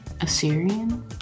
Assyrian